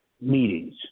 meetings